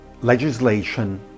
legislation